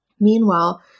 Meanwhile